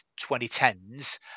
2010s